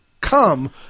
come